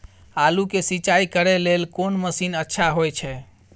आलू के सिंचाई करे लेल कोन मसीन अच्छा होय छै?